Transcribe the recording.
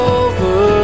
over